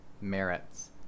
merits